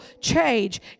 change